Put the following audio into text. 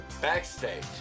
backstage